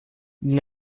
din